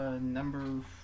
Number